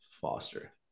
Foster